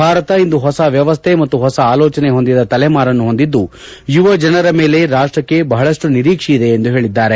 ಭಾರತ ಇಂದು ಹೊಸ ವ್ಯವಸ್ಥೆ ಮತ್ತು ಹೊಸ ಆಲೋಚನೆ ಹೊಂದಿದ ತಲೆಮಾರನ್ನು ಹೊಂದಿದ್ದು ಯುವ ಜನರ ಮೇಲೆ ರಾಷ್ಟಕ್ಕೆ ಬಹಳಷ್ಟು ನಿರೀಕ್ಷೆಯಿದೆ ಎಂದು ಹೇಳಿದ್ದಾರೆ